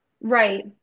right